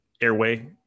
airway